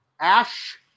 Ash